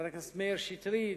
חבר הכנסת מאיר שטרית.